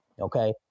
okay